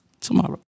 tomorrow